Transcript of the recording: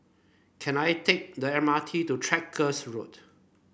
can I take the M R T to Tractor Road